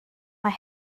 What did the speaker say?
mae